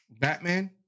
Batman